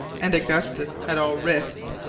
and augustus, at all risks,